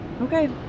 Okay